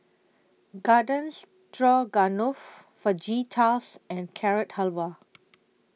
Garden Stroganoff Fajitas and Carrot Halwa